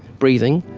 breathing,